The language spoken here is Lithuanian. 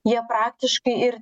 jie praktiškai ir